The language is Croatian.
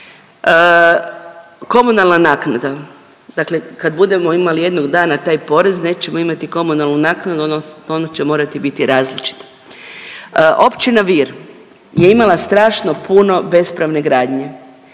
Komunalna naknada, dakle kad budemo imali jednoga dana taj porez nećemo imati komunalnu naknadu odnosno ona će morati biti različita. Općina Vir je imala strašno puno bespravne gradnje,